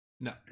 No